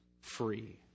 free